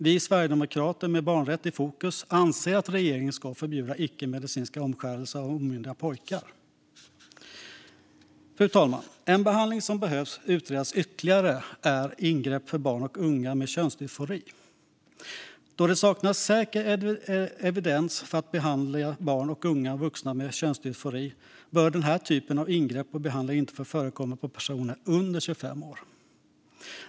Vi sverigedemokrater, med barnrätt i fokus, anser att regeringen ska förbjuda icke-medicinsk omskärelse av omyndiga pojkar. Fru talman! En behandling som behöver utredas ytterligare är ingrepp för barn och unga med könsdysfori. Då det saknas säker evidens för att behandla barn och unga vuxna med könsdysfori bör denna typ av ingrepp och behandlingar inte få förekomma för personer under 25 år.